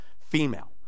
female